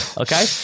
Okay